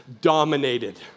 dominated